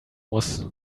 muss